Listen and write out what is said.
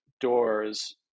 doors